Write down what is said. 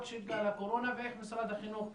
של גל הקורונה ואיך משרד החינוך,